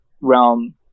realm